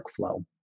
workflow